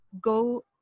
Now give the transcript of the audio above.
go